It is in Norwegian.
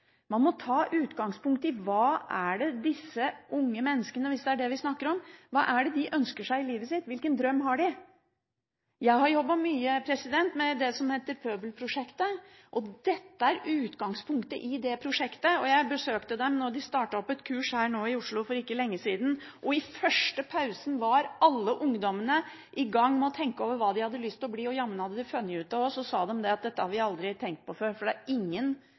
Man må ta utgangspunkt i hva er det disse unge menneskene – hvis det er det vi snakker om – ønsker seg i livet sitt? Hvilken drøm har de? Jeg har jobbet mye med det som heter Pøbelprosjektet, og dette er utgangspunktet i det prosjektet. Jeg besøkte dem da de startet opp et kurs her i Oslo for ikke lenge siden. I den første pausen var alle ungdommene i gang med å tenke over hva de hadde lyst til å bli, og jammen hadde de funnet ut det også. Så sa de at de aldri hadde tenkt på dette før, for det var ingen